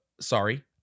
sorry